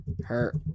hurt